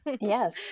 Yes